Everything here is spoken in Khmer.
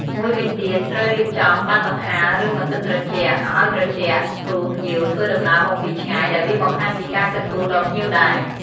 មួយវិញទៀត ត្រូវរៀបចំ បើកកង្ហារ ឬបើកម៉ាស៊ីនត្រជាក់អោយត្រជាក់ ព្រោះភ្ញៀវធ្វើដំណើរមកពីឆ្ងាយ ដែលវាបង្ហាញពីការគិតគូរដល់ភ្ញៀវដែរ។